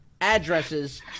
Addresses